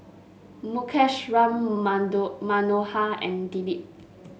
Mukesh Ram Manto Manohar and Dilip